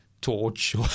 torch